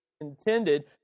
intended